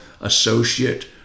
associate